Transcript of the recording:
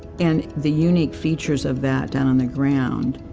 and the unique features of that, down on the ground,